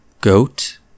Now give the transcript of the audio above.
Goat